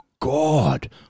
God